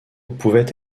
pouvait